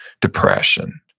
depression